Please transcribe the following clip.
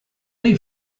they